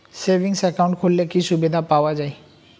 Savings account খুললে কি সুবিধা পাওয়া যায়?